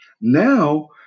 Now